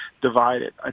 divided